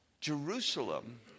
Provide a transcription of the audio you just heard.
Jerusalem